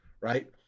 right